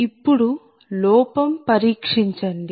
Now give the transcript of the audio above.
ఇప్పుడు లోపం పరీక్షించండి